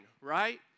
Right